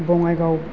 Bongaigaon